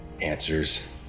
answers